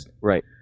right